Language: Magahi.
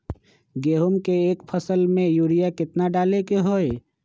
गेंहू के एक फसल में यूरिया केतना डाले के होई?